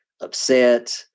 upset